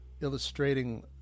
illustrating